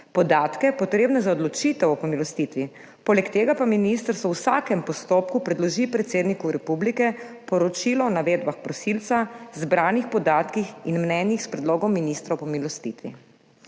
podatke, potrebne za odločitev o pomilostitvi. Poleg tega pa ministrstvo v vsakem postopku predloži predsedniku republike Poročilo o navedbah prosilca, zbranih podatkih in mnenjih s predlogom ministra o pomilostitvi.